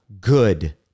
good